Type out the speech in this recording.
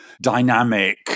dynamic